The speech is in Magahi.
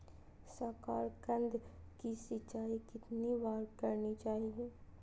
साकारकंद की सिंचाई कितनी बार करनी चाहिए?